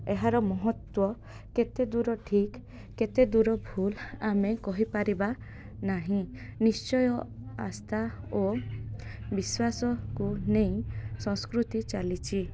ଏହାର ମହତ୍ଵ କେତେ ଦୂର ଠିକ୍ କେତେ ଦୂର ଭୁଲ ଆମେ କହିପାରିବା ନାହିଁ ନିଶ୍ଚୟ ଆସ୍ଥା ଓ ବିଶ୍ୱାସକୁ ନେଇ ସଂସ୍କୃତି ଚାଲିଛି